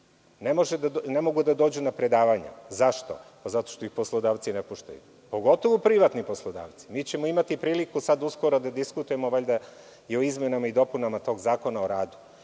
ne mogu da dođu na predavanja. Zašto? Zato što ih poslodavci ne puštaju, pogotovo privatni poslodavci. Imaćemo priliku uskoro da diskutujemo i o izmenama i dopunama Zakona o radu.